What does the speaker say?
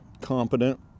competent